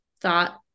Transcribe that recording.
thought